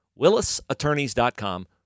WillisAttorneys.com